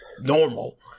normal